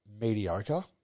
mediocre